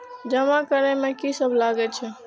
जमा करे में की सब लगे छै?